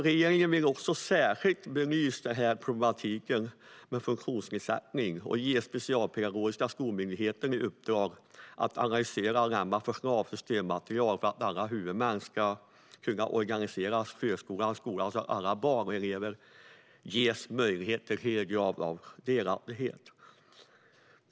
Regeringen vill särskilt belysa problematiken med funktionsnedsättning och ge Specialpedagogiska skolmyndigheten i uppdrag att analysera och lämna förslag om stödmaterial för att alla huvudmän ska kunna organisera förskola och skola så att alla barn och elever ges möjlighet till högre grad av delaktighet.